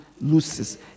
loses